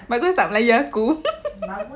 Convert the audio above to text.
bagus tak melayu aku